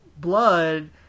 blood